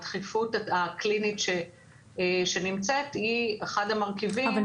הדחיפות הקלינית שנמצאת היא אחד המרכיבים --- אבל